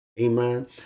Amen